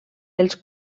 els